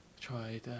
tried